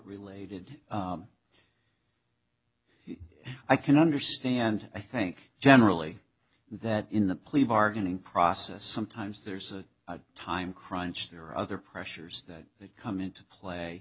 related i can understand i think generally that in the plea bargaining process sometimes there's a time crunch there are other pressures that come into